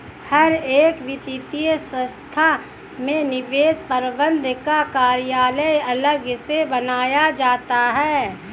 हर एक वित्तीय संस्था में निवेश प्रबन्धन का कार्यालय अलग से बनाया जाता है